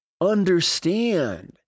understand